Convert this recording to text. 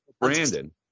Brandon